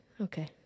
okay